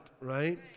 Right